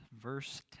verse